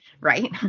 right